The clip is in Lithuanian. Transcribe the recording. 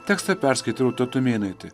tekstą perskaitė rūta tumėnaitė